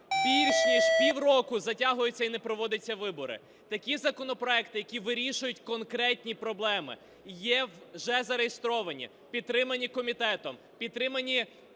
більш ніж пів року затягуються і не проводяться вибори. Такі законопроекти, які вирішують конкретні проблеми, є вже зареєстровані, підтримані комітетом, підтримані